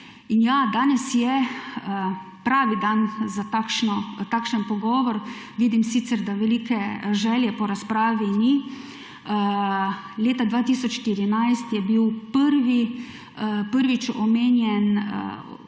In ja, danes je pravi dan za takšen pogovor, vidim sicer, da velike želje po razpravi ni. Leta 2014 je bil prvič omenjen